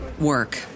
work